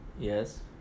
Yes